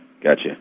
gotcha